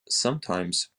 sometimes